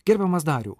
gerbiamas dariau